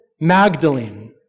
Magdalene